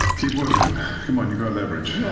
keep working him. come on, you've got leverage.